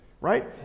right